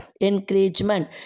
encouragement